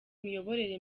imiyoborere